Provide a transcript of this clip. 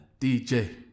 DJ